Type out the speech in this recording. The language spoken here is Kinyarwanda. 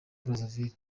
brazzaville